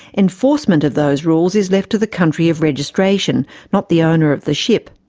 enforcement of those rules is left to the country of registration, not the owner of the ship.